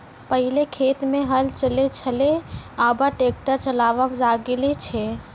पहिलै खेत मे हल चलै छलै आबा ट्रैक्टर चालाबा लागलै छै